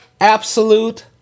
absolute